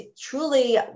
truly